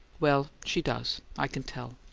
well, she does. i can tell.